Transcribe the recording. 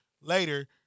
later